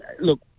look